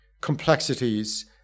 complexities